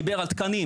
דיבר על תקנים,